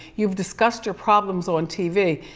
you've discussed your problems on tv.